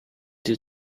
due